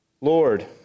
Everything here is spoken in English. Lord